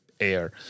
air